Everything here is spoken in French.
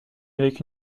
avec